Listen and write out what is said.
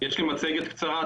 יש לי מצגת קצרה.